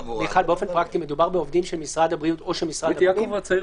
באופן פרקטי מדובר בעובדים של משרד הבריאות או של משרד הפנים?